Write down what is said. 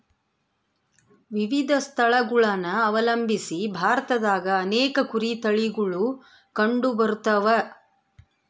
ವಿವಿಧ ಸ್ಥಳಗುಳನ ಅವಲಂಬಿಸಿ ಭಾರತದಾಗ ಅನೇಕ ಕುರಿ ತಳಿಗುಳು ಕಂಡುಬರತವ